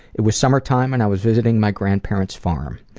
it was summertime and i was visiting my grandparents' farm.